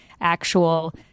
actual